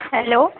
hello